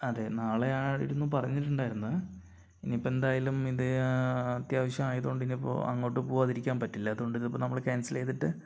അതെ നാളെയായിരുന്നു പറഞ്ഞിട്ടുണ്ടായിരുന്നത് ഇനിയിപ്പോൾ എന്തായാലും ഇത് അത്യാവശ്യം ആയതുകൊണ്ട് ഇതിപ്പോൾ അങ്ങോട്ട് പോകാതിരിക്കാൻ പറ്റില്ല അതുകൊണ്ട് ഇതിപ്പോൾ നമ്മൾ ക്യാൻസൽ ചെയ്തിട്ട്